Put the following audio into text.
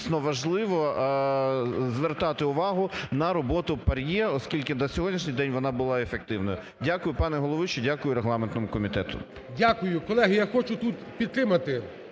Дякую. Колеги, я хочу тут підтримати,